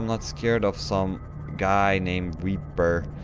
not scared of some guy named reaper!